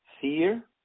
fear